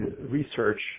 research